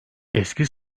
eski